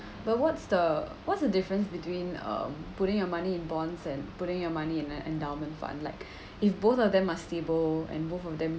but what's the what's the difference between um putting your money in bonds and putting your money in a endowment fund like if both of them are stable and both of them